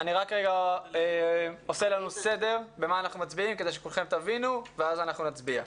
אני עושה סדר על מה אנחנו מצביעים כדי שכולכם תבינו ואז נצביע.